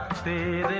stay